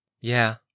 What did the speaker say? Yeah